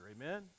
Amen